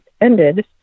ended